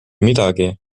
midagi